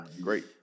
great